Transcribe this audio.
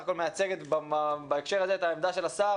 הכול מייצגת בהקשר הזה את העמדה של השר,